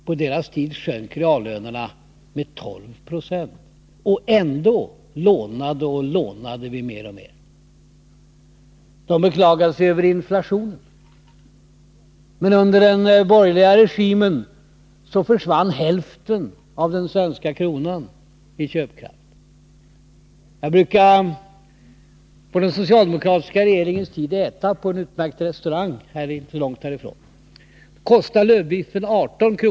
På deras tid sjönk reallönerna med 12 20. Och ändå lånade vi mer och mer. De beklagade sig över inflationen. Men under den borgerliga regimen försvann hälften av den svenska kronans köpkraft. Jag brukade på den socialdemokratiska regeringens tid äta på en utmärkt restaurang inte långt härifrån. Då kostade lövbiffen 18 kr.